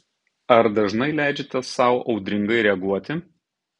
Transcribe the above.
ar dažnai leidžiate sau audringai reaguoti